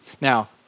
Now